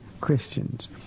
Christians